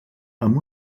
amb